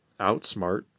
outsmart